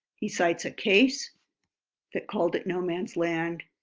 he cites a case that called it no-man's land,